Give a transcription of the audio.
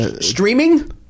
Streaming